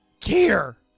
care